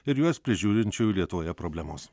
ir juos prižiūrinčiųjų lietuvoje problemos